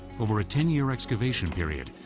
over a ten-year excavation period,